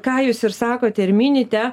ką jūs ir sakote ir minite